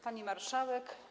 Pani Marszałek!